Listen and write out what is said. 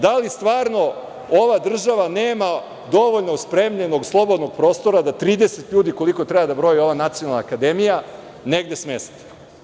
Da li stvarno ova država nema dovoljno spremljenog slobodnog prostora da 30 ljudi, koliko treba da broji ova Nacionalna akademija, negde smesti?